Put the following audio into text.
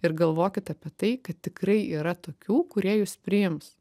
ir galvokit apie tai kad tikrai yra tokių kurie jus priims